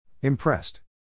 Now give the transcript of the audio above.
Impressed